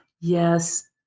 yes